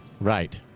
Right